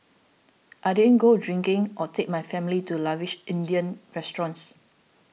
I didn't go drinking or take my family to lavish Indian restaurants